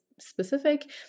specific